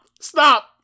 Stop